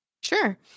Sure